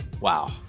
Wow